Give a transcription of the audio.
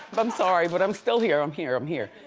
i'm sorry, but i'm still here, i'm here, i'm here.